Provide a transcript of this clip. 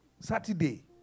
Saturday